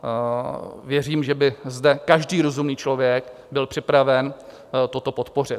A věřím, že by zde každý rozumný člověk byl připraven toto podpořit.